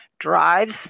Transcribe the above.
Drives